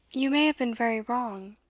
you may have been very wrong.